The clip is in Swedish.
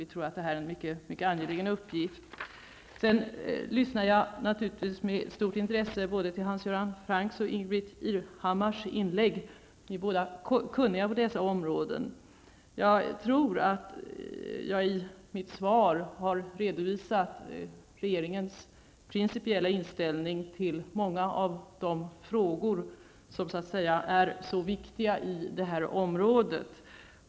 Vi tror att detta är en mycket angelägen uppgift. Jag lyssnade naturligtvis med stort intresse både till Hans Göran Francks och Ingbritt Irhammars inlägg. De är båda kunniga på dessa områden. Jag tror att jag i mitt svar har redovisat regeringens principiella inställning till många av de frågor som är viktiga i det här området.